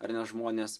ar ne žmonės